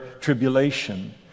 tribulation